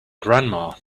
grandma